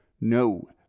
No